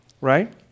right